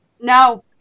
No